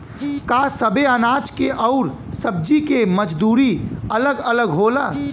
का सबे अनाज के अउर सब्ज़ी के मजदूरी अलग अलग होला?